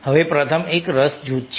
હવે પ્રથમ એક રસ જૂથ છે